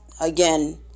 again